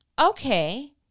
Okay